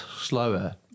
slower